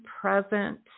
present